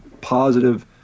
positive